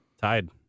Tied